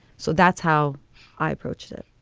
so that's how i approached it